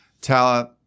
talent